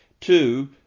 Two